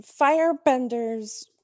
firebenders